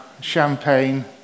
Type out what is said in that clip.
champagne